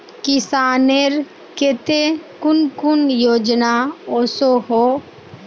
किसानेर केते कुन कुन योजना ओसोहो?